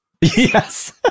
Yes